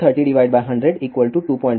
तो a 23 "